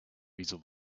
wieso